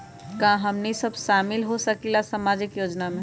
का हमनी साब शामिल होसकीला सामाजिक योजना मे?